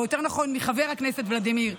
או יותר נכון מחבר הכנסת ולדימיר,